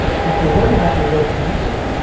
if you're worried about your vote counting,